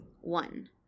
One